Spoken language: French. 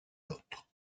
l’autre